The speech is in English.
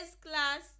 class